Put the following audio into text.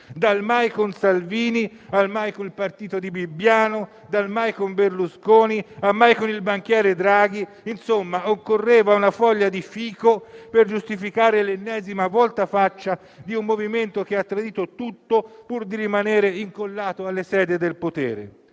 dal «mai con Salvini» al «mai col partito di Bibbiano»; dal «mai con Berlusconi» al «mai con il banchiere Draghi»; insomma, occorreva una foglia di fico per giustificare l'ennesimo voltafaccia di un movimento che ha tradito tutto pur di rimanere incollato alle sedie del potere.